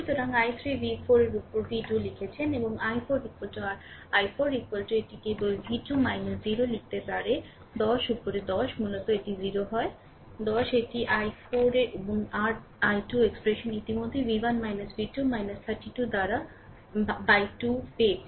সুতরাং i3 v4 র উপর v2 লিখেছেন এবং i4 r i4 এটি কেবল v2 0 লিখতে পারে 10 উপর 10 মূলত এটি 0 হয় 10 এটি i4 এবং r i2 এক্সপ্রেশন ইতিমধ্যে v1 v2 32 দ্বারা 2 পেয়েছে